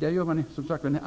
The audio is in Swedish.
Där gör man en annan prioritering.